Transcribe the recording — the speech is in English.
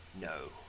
no